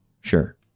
sure